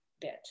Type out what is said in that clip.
bit